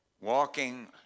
walking